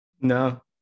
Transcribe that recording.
No